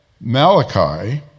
Malachi